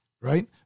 right